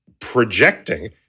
projecting